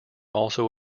also